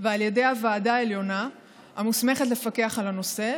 ועל ידי הוועדה העליונה המוסמכת לפקח על הנושא,